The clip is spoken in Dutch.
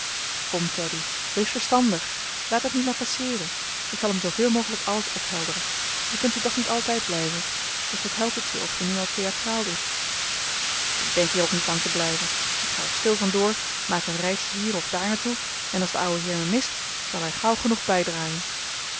kom teddy wees verstandig laat dit nu maar passeeren en ik zal hem zooveel mogelijk alles ophelderen je kunt hier toch niet altijd blijven dus wat helpt het je of je nu al theatraal doet ik denk hier ook niet lang te blijven ik ga er stil vandoor maak een reisje hier of daar naar toe en als de ouwe heer me mist zal hij gauw genoeg bijdraaien